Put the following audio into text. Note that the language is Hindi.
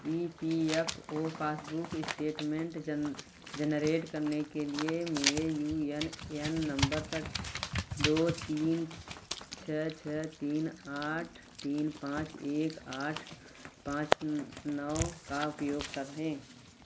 ई P F O passbook statement generate करने के लिए मेरे यू ए एन नम्बर दो तीन छः छः तीन आठ तीन पाँच एक आठ पाँच नौ का उपयोग करें